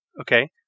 okay